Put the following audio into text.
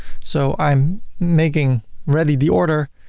so i'm making ready the order.